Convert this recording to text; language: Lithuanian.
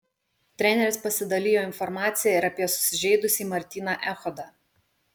treneris pasidalijo informacija ir apie susižeidusį martyną echodą